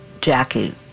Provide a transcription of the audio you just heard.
Jackie